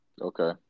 Okay